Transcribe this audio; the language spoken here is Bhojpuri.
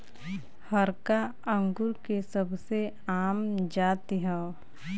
हरका अंगूर के सबसे आम जाति हौ